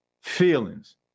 feelings